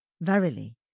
Verily